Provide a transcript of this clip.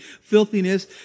filthiness